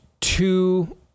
two